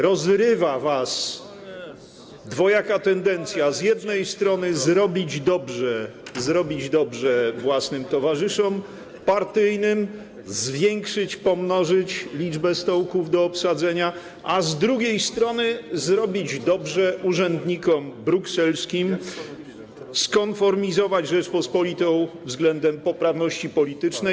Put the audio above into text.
Rozrywa was dwojaka tendencja: jednej strony zrobić dobrze własnym towarzyszom partyjnym, zwiększyć, pomnożyć liczbę stołków do obsadzenia, a z drugiej strony zrobić dobrze urzędnikom brukselskim, skonformizować Rzeczpospolitą względem poprawności politycznej.